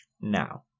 now